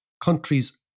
countries